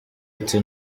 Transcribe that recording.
ati